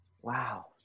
wow